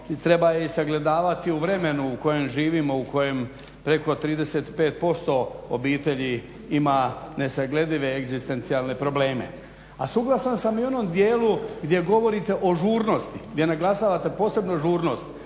treba je i sagledavati u vremenu u kojem živimo, u kojem preko 35% obitelji ima nesagledive egzistencijalne probleme. A suglasan sam i u onom dijelu gdje govorite o žurnosti, gdje naglašavate posebno žurnost.